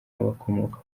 abakomoka